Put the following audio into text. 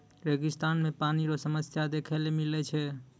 रेगिस्तान मे पानी रो समस्या देखै ले मिलै छै